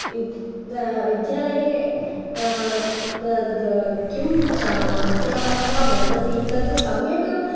विद् विद्यालये किम् अध्यापकः वदति तत् सम्यक्